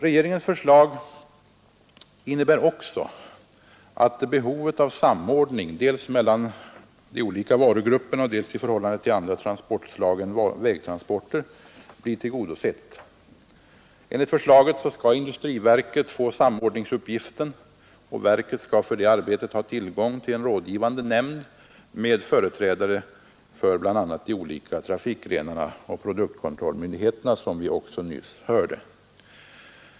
Regeringens förslag innebär också att behovet av samordning dels mellan de olika varugrupperna, dels i förhållande till andra transportslag än vägtransporter blir tillgodosett. Enligt förslaget skall industriverket få samordningsuppgiften, och verket skall för detta arbete ha tillgång till en rådgivande nämnd med företrädare för bl.a. de olika trafikgrenarna och produktkontrollmyndigheterna, som vi också nyss hörde.